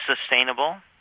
sustainable